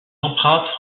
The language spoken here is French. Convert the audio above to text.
empreintes